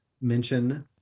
mention